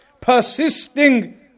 Persisting